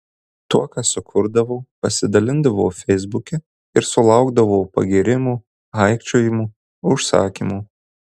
tuo ką sukurdavau pasidalindavau feisbuke ir sulaukdavau pagyrimų aikčiojimų užsakymų